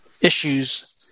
issues